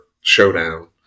showdown